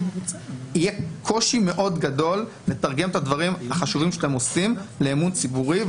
יהיה קושי מאוד גדול לתרגם את הדברים החשובים שאתם עושים לאמון ציבורי.